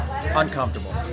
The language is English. uncomfortable